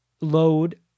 load